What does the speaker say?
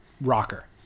rocker